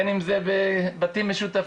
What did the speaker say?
בין אם זה בבתים משותפים,